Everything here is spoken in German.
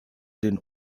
den